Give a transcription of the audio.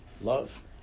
love